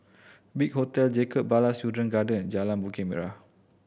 Big Hotel Jacob Ballas Children Garden Jalan Bukit Merah